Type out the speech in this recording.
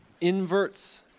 inverts